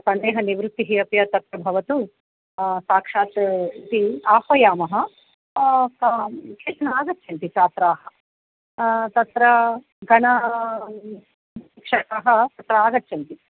Sunday Sunday वृत्तिः अपि तत्र भवतु साक्षात् ते आह्वयामः केचन आगच्छन्ति छात्राः तत्र गणे शिक्षकाः तत्र आगच्छन्ति